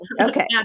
Okay